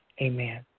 Amen